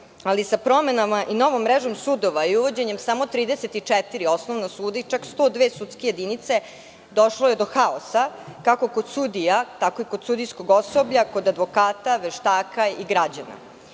ali sa promenama i novom mrežom sudova i uvođenjem samo 34 osnovna suda i čak 102 sudske jedinice, došlo je do haosa kako kod sudija, tako i kod sudijskog osoblja, kod advokata, veštaka i građana. Ovakav